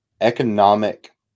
economic